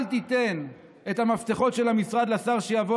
אל תיתן את המפתחות של המשרד לשר שיבוא